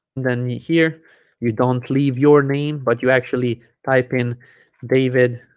then here you don't leave your name but you actually type in david